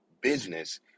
business